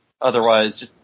Otherwise